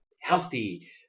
healthy